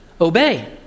obey